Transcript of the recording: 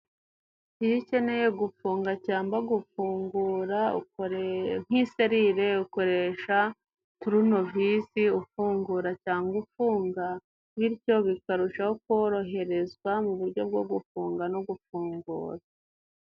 Iyo ukeneye gufunga cyangwa gufungura nk'iserire ukoresha turunovisi, ufungura cyangwa ufunga, bityo bikarusha ho koroherezwa mu buryo bwo gufunga no gufungura.